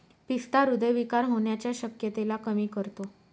पिस्ता हृदय विकार होण्याच्या शक्यतेला कमी करतो